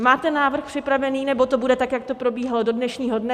Máte návrh připravený, nebo to bude tak, jak to probíhalo do dnešního dne?